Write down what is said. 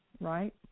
right